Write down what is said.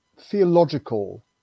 theological